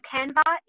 Canva